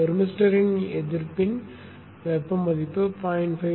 தெர்மிஸ்டரின் எதிர்ப்பின் வெப்ப மதிப்பு 0